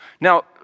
Now